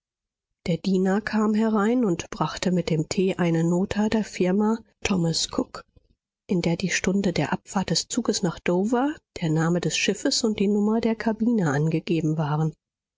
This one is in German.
der diener kam herein und brachte mit dem tee eine nota der firma th cook in der die stunde der abfahrt des zuges nach dover der name des schiffes und die nummer der kabine angegeben waren